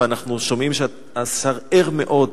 ואנחנו שומעים שהשר ער מאוד,